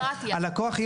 הלקוח,